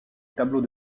tableaux